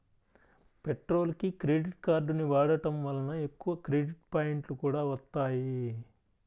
పెట్రోల్కి క్రెడిట్ కార్డుని వాడటం వలన ఎక్కువ క్రెడిట్ పాయింట్లు కూడా వత్తాయి